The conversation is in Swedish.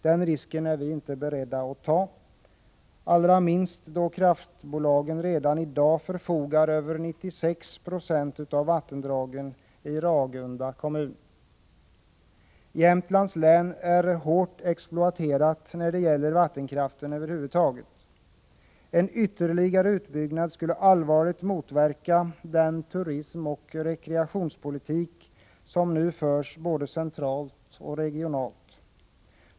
Den risken är vi inte beredda att ta, allra minst då kraftbolagen redan i dag förfogar över 96 90 av vattendragen i Ragunda kommun. Jämtlands län är hårt exploaterat när det gäller vattenkraften över huvud taget. En ytterligare utbyggnad skulle allvarligt motverka den satsning på turism och rekreation som nu görs både centralt och regionalt.